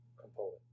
component